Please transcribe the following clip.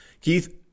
Keith